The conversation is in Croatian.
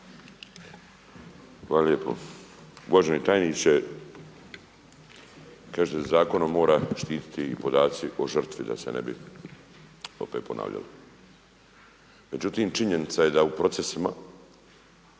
Hvala lijepo. Uvaženi tajniče. Kažete da se zakonom mora štititi podaci o žrtvi da se ne bi opet ponavljali. Međutim, činjenica je da u procesima